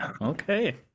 okay